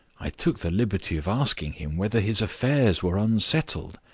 i took the liberty of asking him whether his affairs were unsettled.